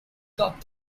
got